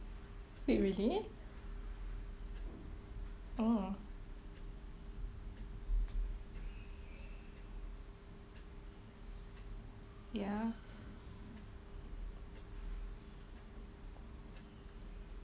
wait really oh ya